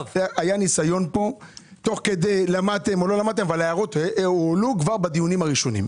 תוך כדי למדתם או לא למדתם אבל ההערות הועלו כבר בדיונים הראשונים.